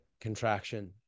contraction